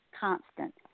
constant